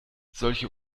solche